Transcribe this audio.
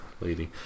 lady